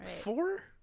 Four